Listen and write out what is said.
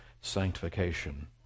sanctification